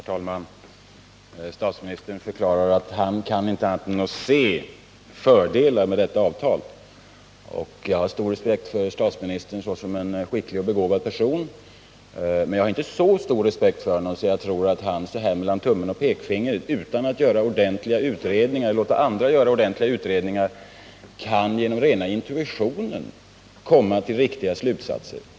Herr talman! Statsministern förklarar att han inte kan annat än se fördelar med detta avtal. Jag har stor respekt för statsministern såsom en skicklig och begåvad person, men jag har inte så stor respekt för honom att jag tror att han så att säga mellan tummen och pekfingret, utan att låta göra ordentliga utredningar, kan genom ren intuition komma till riktiga slutsater.